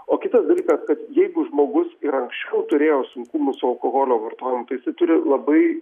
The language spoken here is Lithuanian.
o kitas dalykas kad jeigu žmogus ir anksčiau turėjo sunkumų su alkoholio vartojimu tai jisai turi labai